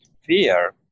fear